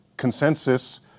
consensus